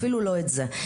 אפילו לא את זה.